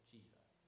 Jesus